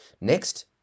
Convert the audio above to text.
Next